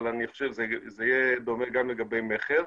אני חושב שזה יהיה דומה גם לגבי מכר.